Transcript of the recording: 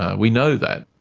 ah we know that.